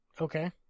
Okay